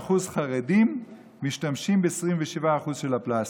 9% חרדים משתמשים ב-27% של הפלסטיק,